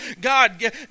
God